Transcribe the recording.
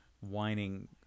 whining